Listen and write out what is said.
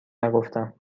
نگفتم